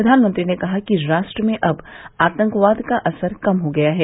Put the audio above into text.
प्रधानमंत्री ने कहा कि राष्ट्र में अब आतंकवाद का असर कम हो गया है